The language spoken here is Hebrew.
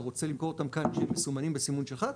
רוצה למכור אותם כאן שמסומנים בסימון שלך,